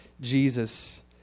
Jesus